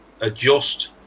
adjust